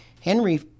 Henry